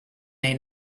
may